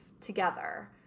together